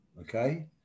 okay